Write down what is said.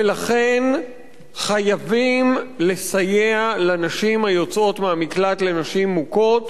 ולכן חייבים לסייע לנשים היוצאות מהמקלט לנשים מוכות